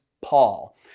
Paul